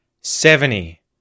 Seventy